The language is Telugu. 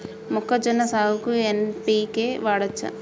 మొక్కజొన్న సాగుకు ఎన్.పి.కే వాడచ్చా?